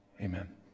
amen